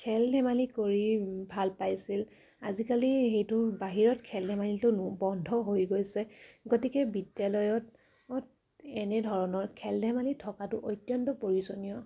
খেল ধেমালি কৰি ভাল পাইছিল আজিকালি সেইটো বাহিৰত খেল ধেমালিটো বন্ধ হৈ গৈছে গতিকে বিদ্যালয়ত এনেধৰণৰ খেল ধেমালি থকাটো অত্যন্ত প্ৰয়োজনীয়